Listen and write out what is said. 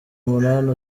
umunani